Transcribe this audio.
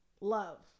love